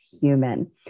Human